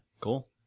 Cool